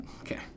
Okay